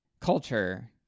culture